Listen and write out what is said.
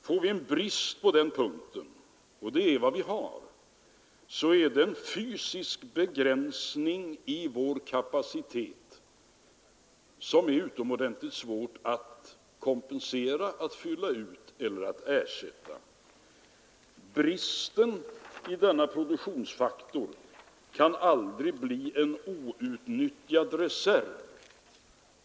Får vi en brist på den punkten — och det är vad vi har — är det en fysisk begränsning i vår kapacitet, som det är utomordentligt svårt för oss att motverka. Jag tror att alla håller med mig om att bristen i denna produktionsfaktor aldrig kan bli en outnyttjad reserv.